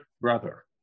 brother